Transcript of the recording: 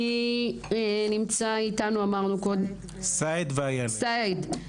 סאיד תלי.